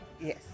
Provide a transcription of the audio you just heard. Yes